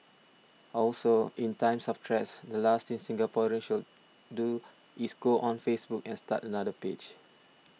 also in times of threats the last thing Singaporeans should do is go on Facebook and start another page